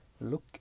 Look